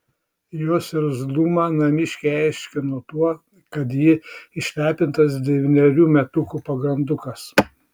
jos irzlumą namiškiai aiškino tuo kad ji išlepintas devynerių metukų pagrandukas